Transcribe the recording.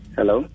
Hello